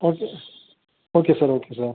okay okay sir okay sir